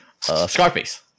Scarface